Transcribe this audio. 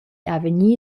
avegnir